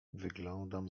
wyglądam